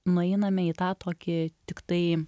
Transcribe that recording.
nueiname į tą tokį tiktai